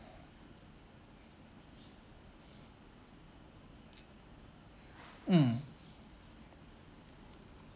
mm